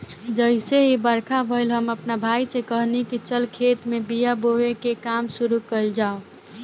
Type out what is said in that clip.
जइसे ही बरखा भईल, हम आपना भाई से कहनी की चल खेत में बिया बोवे के काम शुरू कईल जाव